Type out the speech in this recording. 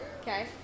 okay